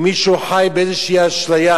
אם מישהו חי באיזו אשליה,